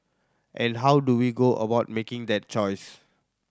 and how do we go about making that choice